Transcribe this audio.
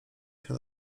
się